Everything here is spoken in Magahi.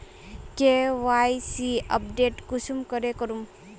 के.वाई.सी अपडेट कुंसम करे करूम?